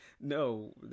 No